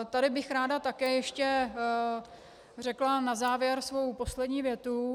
Tady bych ráda také ještě řekla na závěr svou poslední větu.